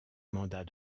mandat